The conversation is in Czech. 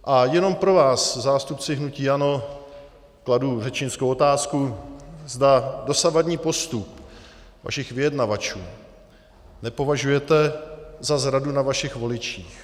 A jenom pro vás, zástupci hnutí ANO, kladu řečnickou otázku, zda dosavadní postup vašich vyjednavačů nepovažujete za zradu na vašich voličích.